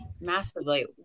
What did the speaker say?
massively